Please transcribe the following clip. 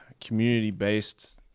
community-based